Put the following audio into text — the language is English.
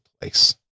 place